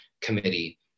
committee